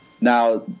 Now